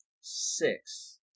Six